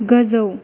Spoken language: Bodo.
गोजौ